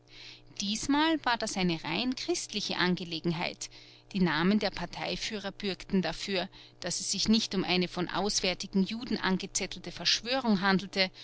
diesmal war das eine rein christliche angelegenheit die namen der parteiführer bürgten dafür daß es sich nicht um eine von auswärtigen juden angezettelte verschwörung handelte